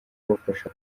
kubafasha